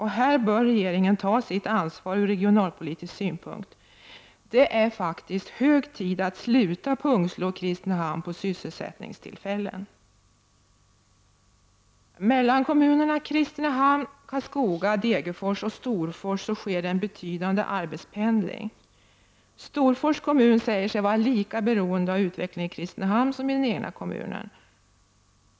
Här bör regeringen ta sitt ansvar ur regionalpolitisk synpunkt; det är faktiskt hög tid att sluta pungslå Kristinehamn på sysselsättningstillfällen. Mellan kommunerna Kristinehamn, Karlskoga, Degerfos och Storfors sker en betydande arbetspendling. Storfors kommun säger sig vara lika beroende av utvecklingen i Kristinehamn som i den egna kommunen.